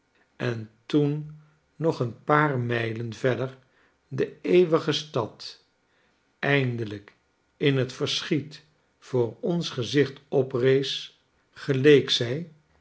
en toen nog een paar mijlen verder de eeuwige stad eindelijk in het verschiet voor ons gezicht oprees geleek zij